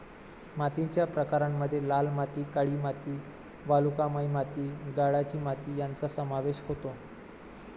मातीच्या प्रकारांमध्ये लाल माती, काळी माती, वालुकामय माती, गाळाची माती यांचा समावेश होतो